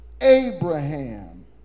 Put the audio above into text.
Abraham